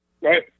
right